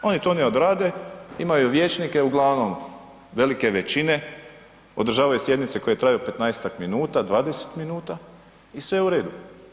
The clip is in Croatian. Oni to ne odrade, imaju vijećnike uglavnom velike većine, održavaju sjednice koje traju 15-ak min, 20 minuta i sve je u redu.